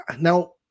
Now